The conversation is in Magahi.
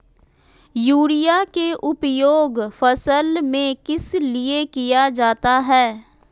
युरिया के उपयोग फसल में किस लिए किया जाता है?